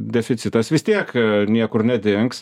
deficitas vis tiek niekur nedings